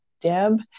Deb